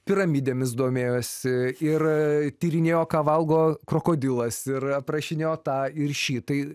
piramidėmis domėjosi ir tyrinėjo ką valgo krokodilas ir aprašinėjo tą ir šį tai